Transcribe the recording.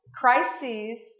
crises